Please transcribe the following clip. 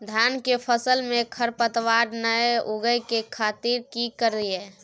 धान के फसल में खरपतवार नय उगय के खातिर की करियै?